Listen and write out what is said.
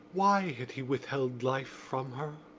why had he withheld life from her?